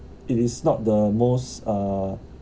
it is not the most uh